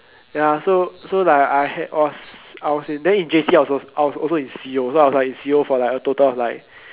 ya so so like I had was I was in then in J_C I was I was also in C_O so I was like in C_O for a total of like